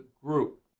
Group